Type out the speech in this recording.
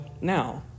now